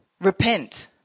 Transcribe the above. Repent